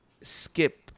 skip